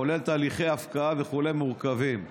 כולל תהליכי הפקעה מורכבים וכו'.